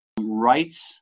rights